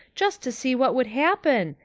just to see what would happen.